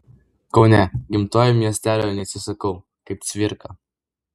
kaune gimtojo miestelio neatsisakau kaip cvirka